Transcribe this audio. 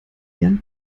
jan